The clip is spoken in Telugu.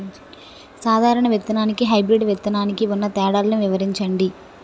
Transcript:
సాధారణ విత్తననికి, హైబ్రిడ్ విత్తనానికి ఉన్న తేడాలను వివరించండి?